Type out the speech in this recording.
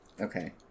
Okay